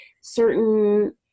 certain